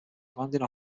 commanding